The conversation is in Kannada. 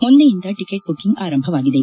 ಮೊನ್ನೆಯಿಂದ ಟಿಕೆಟ್ ಬುಕ್ಕಿಂಗ್ ಆರಂಭವಾಗಿದೆ